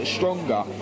stronger